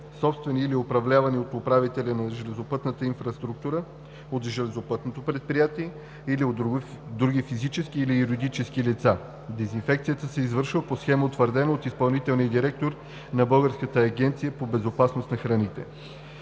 собствени или управлявани от управител на железопътната инфраструктура, от железопътно предприятие или от други физически или юридически лица. Дезинфекцията се извършва по схема, утвърдена от изпълнителния директор на Българската агенция по безопасност на храните.